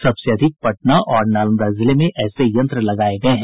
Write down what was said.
सबसे अधिक पटना और नालंदा जिले में ऐसे यंत्र लगाये गये हैं